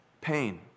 pain